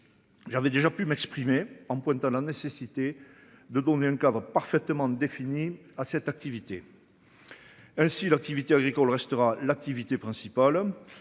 J'avais déjà pu m'exprimer en pointant la nécessité de donner un cadre parfaitement défini à cette activité. Ainsi l'activité agricole restera l'activité principale